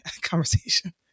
conversation